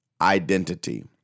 identity